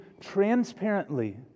transparently